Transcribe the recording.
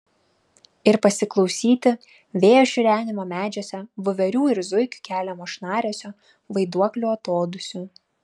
ir pasiklausyti vėjo šiurenimo medžiuose voverių ir zuikių keliamo šnaresio vaiduoklių atodūsių